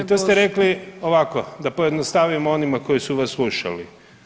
I to ste rekli ovako da pojednostavim onima koji su vas slušali.